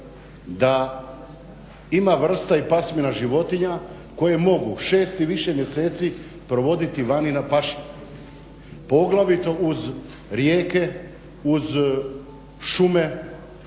da ima vrsta i pasmina životinja koja mogu šest i više mjeseci provoditi vani na pašnjaku poglavito uz rijeke, uz šume.